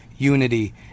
unity